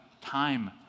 time